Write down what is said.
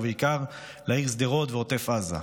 ובעיקר לעיר שדרות ועוטף עזה,